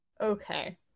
Okay